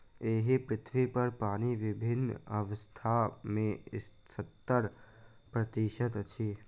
एहि पृथ्वीपर पानि विभिन्न अवस्था मे सत्तर प्रतिशत अछि